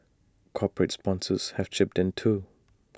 corporate sponsors have chipped in too